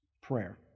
Prayer